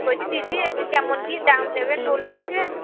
বলছি দিদি কেমন কী দাম নেবেন বলুন আগে